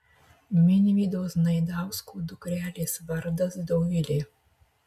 minvydo znaidausko dukrelės vardas dovilė